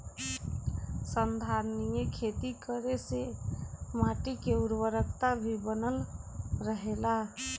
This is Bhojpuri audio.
संधारनीय खेती करे से माटी के उर्वरकता भी बनल रहेला